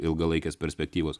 ilgalaikės perspektyvos